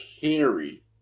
carry